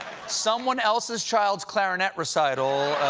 someone else's child's clarinet recital,